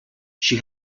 she